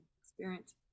experience